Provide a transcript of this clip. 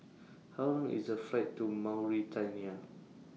How Long IS The Flight to Mauritania